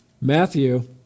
Matthew